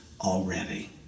already